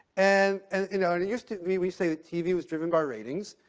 and you know and used to be we say that tv was driven by ratings.